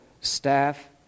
staff